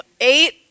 eight